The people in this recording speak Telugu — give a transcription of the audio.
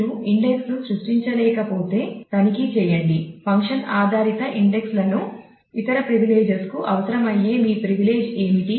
మీరు ఇండెక్స్ ను సృష్టించలేకపోతే తనిఖీ చేయండి ఫంక్షన్ ఆధారిత ఇండెక్స్ లకు ఇతర ప్రివిలేజెస్ కు అవసరమయ్యే మీ ప్రివిలెజ్ ఏమిటి